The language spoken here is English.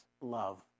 love